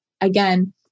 again